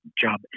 job